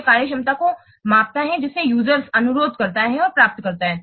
यह कार्यक्षमता को मापता है जिसे यूजरस अनुरोध करता है और प्राप्त करता है